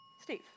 Steve